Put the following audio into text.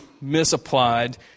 misapplied